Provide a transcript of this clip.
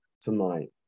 tonight